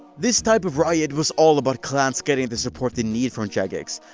this type of riot was all about clans getting the support they needed from jagex,